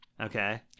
Okay